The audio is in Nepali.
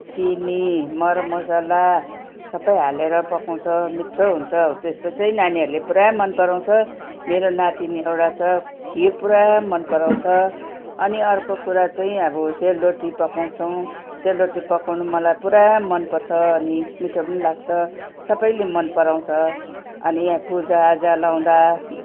चिनी मरमसाला सबै हालेर पकाउँछ मिठो हुन्छ हो त्यस्तो चाहिँ नानीहरूले पुरा मन पराउँछ मेरो नातिनी एउटा छ खिर पुरा मन पराउँछ अनि अर्को कुरा चाहिँ अब सेलरोटी पकाउँछौँ सेलरोटी पकाउन मलाई पुरा मन पर्छ अनि मिठो पनि लाग्छ अनि सबैले मन पराउँछ अनि यहाँ पूजाआजा लगाउँदा